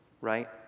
right